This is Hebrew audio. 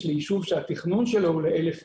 לישוב שהתכנון שלו הוא ל-1,000 אנשים.